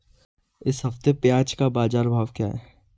इस हफ्ते प्याज़ का बाज़ार भाव क्या है?